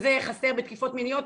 זה חסר בתקיפות מיניות?